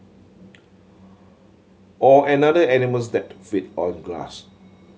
or another animals that feed on grass